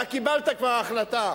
אתה קיבלת כבר החלטה,